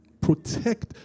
Protect